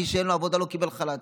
מי שאין לו עבודה לא קיבל חל"ת.